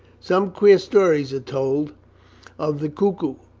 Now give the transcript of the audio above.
some queer stories are told of the cuckoo,